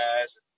guys